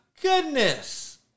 goodness